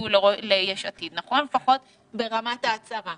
יצביעו ליש עתיד לפחות ברמת ההצהרה